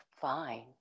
fine